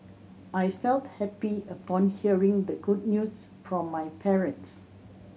I felt happy upon hearing the good news from my parents